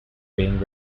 being